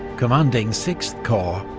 commanding sixth corps,